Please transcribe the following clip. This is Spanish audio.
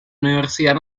universidad